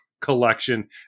collection